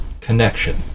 connection